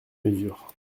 mesures